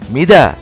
Mida